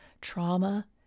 Trauma